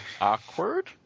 Awkward